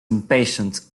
impatient